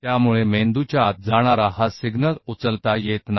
तो यह संकेत जो मस्तिष्क के भीतर जा रहा है उसे उठाया नहीं जा सकता